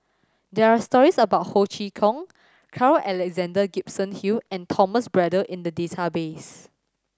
there are stories about Ho Chee Kong Carl Alexander Gibson Hill and Thomas Braddell in the database